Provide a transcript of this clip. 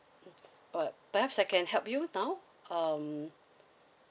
per perhaps I can help you now um